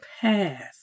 past